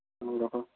ହଉ ରଖ